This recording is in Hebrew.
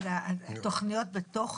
תכניות בתוך חריש?